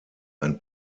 ein